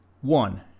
One